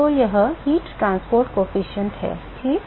तो वह गर्मी परिवहन गुणांक है ठीक